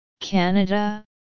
Canada